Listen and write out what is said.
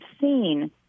seen